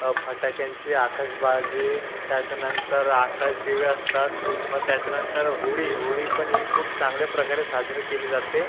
फटाक्यांची आकषबाजी त्याच्यानंतर आकाशदिवे असतात मग त्याच्यानंतर होळी होळीपण ही खूप चांगल्या प्रकारे साजरी केली जाते